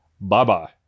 Bye-bye